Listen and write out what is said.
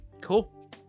Cool